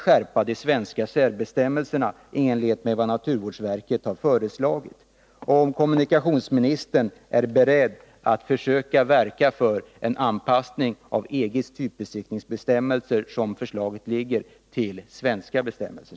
ka verka för en anpassning av EG:s typbesiktningsbestämmelser till svenska bestämmelser?